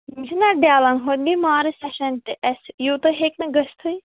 یِم چھِنہ ڈلان ہُمے مارٕچ سیشَن تہِ اَسہِ یوٗتاہ ہیٚکہِ نہٕ گٔژھتٕے